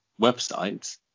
websites